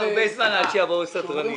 גפני)